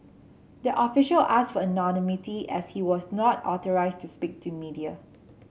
the official asked for anonymity as he was not authorised to speak to media